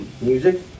music